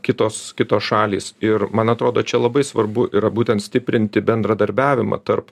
kitos kitos šalys ir man atrodo čia labai svarbu yra būtent stiprinti bendradarbiavimą tarp